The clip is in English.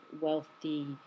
wealthy